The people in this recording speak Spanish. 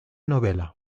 novela